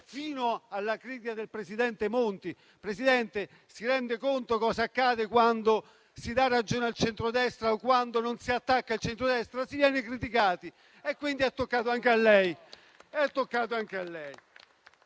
fino alla critica del presidente Monti. Presidente, si rende conto cosa accade quando si dà ragione al centrodestra o quando non si attacca il centrodestra? Si viene criticati e quindi è toccato anche a lei.